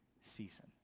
season